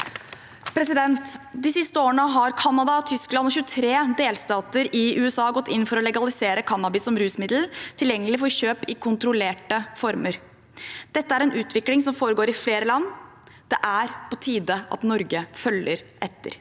i dag. De siste årene har Canada, Tyskland og 23 delstater i USA gått inn for å legalisere cannabis som rusmiddel og gjøre det tilgjengelig for kjøp i kontrollerte former. Dette er en utvikling som foregår i flere land. Det er på tide at Norge følger etter.